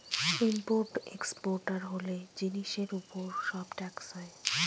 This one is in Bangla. ইম্পোর্ট এক্সপোর্টার হলে জিনিসের উপর যে সব ট্যাক্স হয়